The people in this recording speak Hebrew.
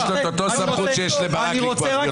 יש לו אותה סמכות יש לברק לקבוע --- אני רק